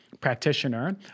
practitioner